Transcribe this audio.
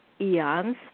eons